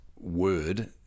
word